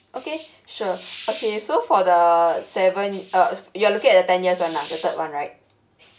okay sure okay so for the seven uh you're looking at the ten years one lah the third one right